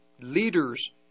leaders